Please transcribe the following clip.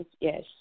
Yes